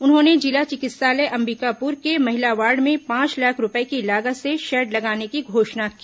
उन्होंने जिला चिकित्सालय अंबिकापुर के महिला वार्ड में पांच लाख रूपये की लागत से शेड लगाने की घोषणा की